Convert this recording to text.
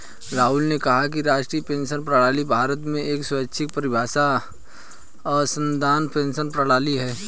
राहुल ने कहा कि राष्ट्रीय पेंशन प्रणाली भारत में एक स्वैच्छिक परिभाषित अंशदान पेंशन प्रणाली है